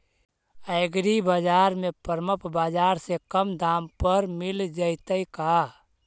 एग्रीबाजार में परमप बाजार से कम दाम पर मिल जैतै का?